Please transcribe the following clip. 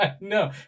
No